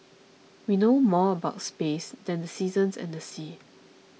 we know more about space than the seasons and the seas